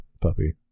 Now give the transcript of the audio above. puppy